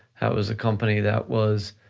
that was a company that was